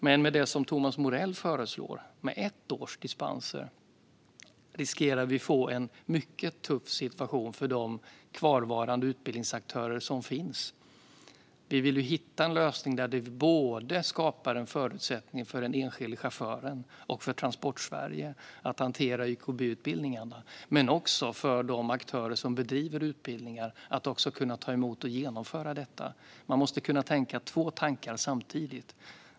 Men med det som Thomas Morell föreslår, med ett års dispenser, riskerar vi att få en mycket tuff situation för de kvarvarande utbildningsaktörer som finns. Vi vill hitta en lösning där det både skapas en förutsättning för den enskilde chauffören och för Transportsverige att hantera YKB-utbildningarna. Men det handlar också om de aktörer som bedriver utbildningar. De ska kunna ta emot och genomföra detta. Man måste kunna tänka två tankar samtidigt.